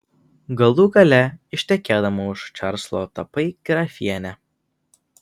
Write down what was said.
galų gale ištekėdama už čarlzo tapai grafiene